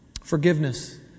Forgiveness